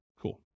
Cool